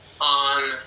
on